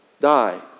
die